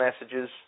messages